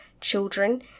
children